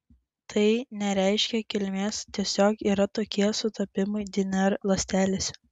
tai nereiškia kilmės tiesiog yra tokie sutapimai dnr ląstelėse